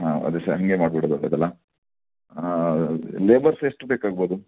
ಹಾಂ ಅದು ಸಹ ಹಾಗೆ ಮಾಡ್ಬಿಡೋದು ಒಳ್ಳೆಯದಲ್ಲ ಲೇಬರ್ಸ್ ಎಷ್ಟು ಬೇಕಾಗ್ಬೋದು